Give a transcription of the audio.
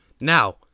Now